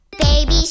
Baby